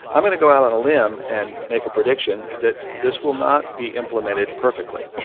i'm going to go out on a limb and make a prediction that this will not be implemented perfectly